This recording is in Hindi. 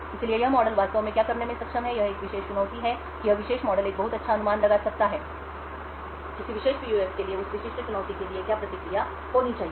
इसलिए यह मॉडल वास्तव में क्या करने में सक्षम है यह एक विशेष चुनौती है कि यह विशेष मॉडल एक बहुत अच्छा अनुमान लगा सकता है कि किसी विशेष पीयूएफ के लिए उस विशिष्ट चुनौती के लिए क्या प्रतिक्रिया होनी चाहिए